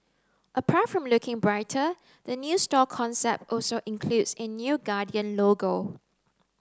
apart from looking brighter the new store concept also includes a new Guardian logo